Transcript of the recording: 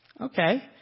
okay